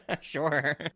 sure